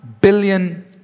billion